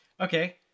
Okay